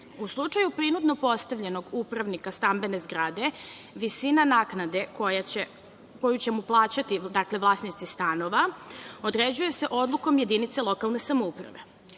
U slučaju prinudno postavljenog upravnika stambene zgrade, visina naknade koju će mu plaćati vlasnici stanova određuje se odlukom jedinice lokalne samouprave. Mi